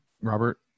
robert